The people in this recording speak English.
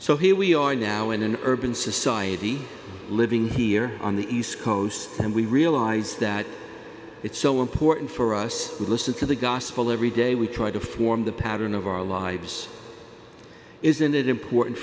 so here we are now in an urban society living here on the east coast and we realize that it's so important for us to listen to the gospel every day we try to form the pattern of our lives isn't it important